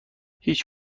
هیچ